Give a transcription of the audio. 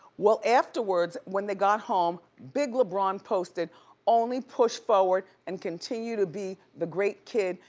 well, afterwards, when they got home, big lebron posted only push forward and continue to be the great kid,